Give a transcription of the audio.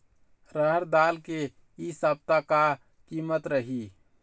रहड़ दाल के इ सप्ता का कीमत रही?